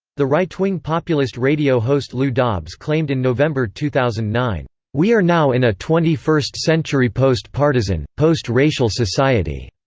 the right-wing populist radio host lou dobbs claimed in november two thousand and nine, we are now in a twenty first century post-partisan, post-racial society.